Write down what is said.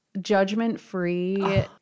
judgment-free